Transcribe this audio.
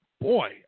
boy